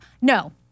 No